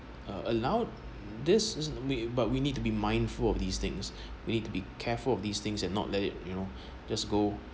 uh allowed this but we need to be mindful of these things we need to be careful of these things and not let it you know just go